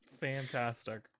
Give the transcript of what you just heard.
Fantastic